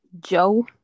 Joe